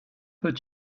peux